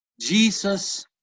Jesus